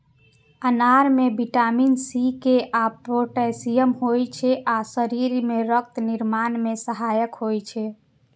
अनार मे vitamin C, K आ पोटेशियम होइ छै आ शरीर मे रक्त निर्माण मे सहायक होइ छै